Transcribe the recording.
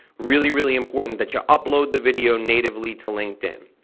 really, really important that you upload the video natively to linkedin.